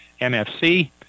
MFC